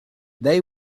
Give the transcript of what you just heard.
they